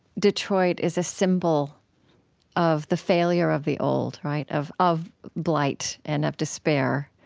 detroit is a symbol of the failure of the old, right? of of blight and of despair,